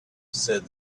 said